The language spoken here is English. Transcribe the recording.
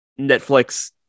Netflix